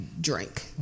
drink